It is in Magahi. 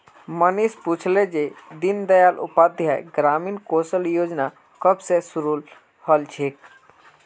मनीष पूछले जे दीन दयाल उपाध्याय ग्रामीण कौशल योजना कब शुरू हल छिले